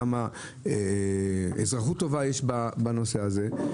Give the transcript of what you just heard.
כמה אזרחות טובה יש בנושא הזה.